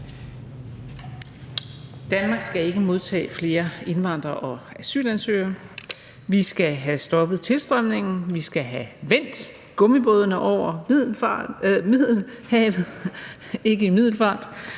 Danmark skal ikke modtage flere indvandrere og asylansøgere. Vi skal have stoppet tilstrømningen. Vi skal have vendt gummibådene over Middelfart, nej, Middelhavet